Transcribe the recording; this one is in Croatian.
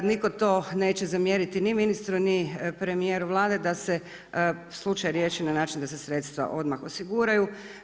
Niko to neće zamjeriti ni ministru, ni premijeru Vlade da se slučaj riješi na način da se sredstva odmah osiguraju.